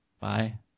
Bye